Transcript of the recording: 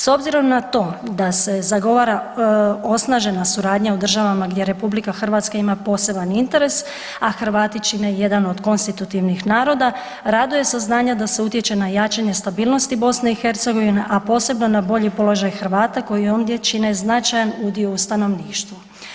S obzirom na to da se zagovara osnažena suradnja u državama gdje RH ima poseban interes, a Hrvati čine jedan od konstitutivnih naroda raduje saznanje da se utječe na jačanje stabilnosti BiH, a posebno na bolji položaj Hrvata koji ondje čine značajan udio u stanovništvu.